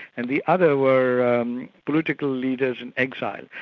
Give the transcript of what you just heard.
and the other were um political leaders in exile,